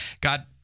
God